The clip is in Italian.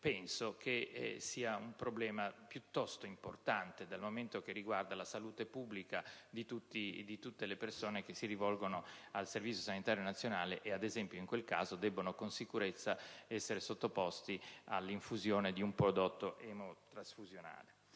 penso che sia un problema piuttosto importante, dal momento che riguarda la salute pubblica di tutte le persone che si rivolgono al Servizio sanitario nazionale e, in quel caso, devono con sicurezza essere sottoposti all'infusione di un prodotto emotrasfusionale.